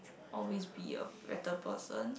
always be a better person